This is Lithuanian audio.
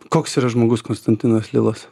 koks yra žmogus konstantinas lilas